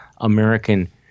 American